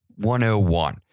101